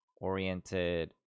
oriented